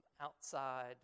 outside